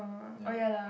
ya